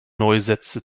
neusätze